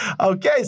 Okay